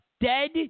dead